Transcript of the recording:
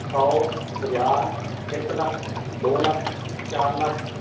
ਸੌ ਹਜ਼ਾਰ ਇੱਕ ਲੱਖ ਦੋ ਲੱਖ ਚਾਰ ਲੱਖ